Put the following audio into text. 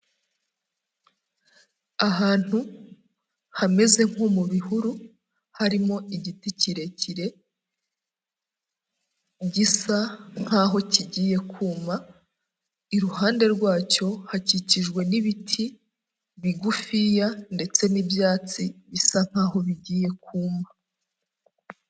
Ahantu hameze nko mu bihuru harimo igiti kirekire gisa nkaho kigiye kuma, iruhande rwacyo hakikijwe n'ibiti bigufiya ndetse n'ibyatsi bisa nkaho bigiye kuma.